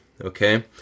okay